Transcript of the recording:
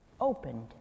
opened